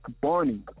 Barney